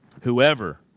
whoever